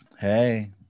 Hey